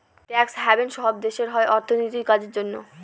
tax haven সব দেশে হয় অর্থনীতির কাজের জন্য